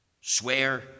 swear